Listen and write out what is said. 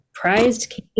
prized